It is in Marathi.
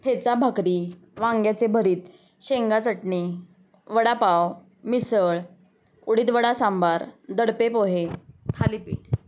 ठेचा भाकरी वांग्याचे भरीत शेंगा चटणी वडापाव मिसळ उडीदवडा सांबार दडपे पोहे थालीपीठ